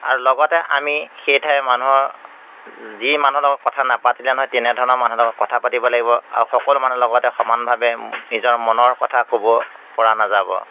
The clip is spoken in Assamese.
আৰু লগতে আমি সেই ঠাইৰ মানুহৰ যি মানুহৰ লগত কথা নাপাতিলে নহয় তেনেধৰণৰ মানুহৰ লগত কথা পাতিব লাগিব আৰু সকলো মানুহৰ লগতে সমানভাৱে নিজৰ মনৰ কথা ক'ব পৰা নাযাব